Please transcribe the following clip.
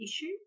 issue